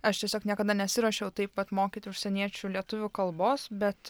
aš tiesiog niekada nesiruošiau taip vat mokyti užsieniečių lietuvių kalbos bet